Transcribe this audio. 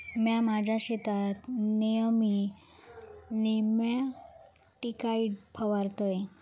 म्या माझ्या शेतात नेयमी नेमॅटिकाइड फवारतय